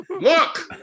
Look